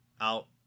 out